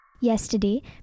Yesterday